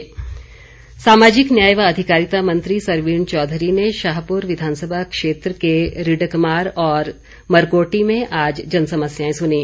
सरवीण चौधरी सामाजिक न्याय व अधिकारिता मंत्री सरवीण चौधरी ने शाहपुर विधानसभा क्षेत्र के रिडकमार और मरकोटी में आज जन समस्याएं सुनीं